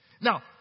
Now